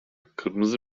kırmızı